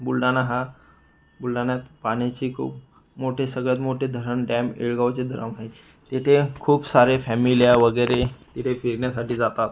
बुलढाणा हा बुलढाण्यात पाण्याची खूप मोठे सगळ्यात मोठे धरण डॅम येळगावचे धरम आहे येथे खूप सारे फॅमिल्या वगैरे तिथे फिरण्यासाठी जातात